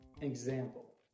example